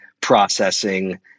processing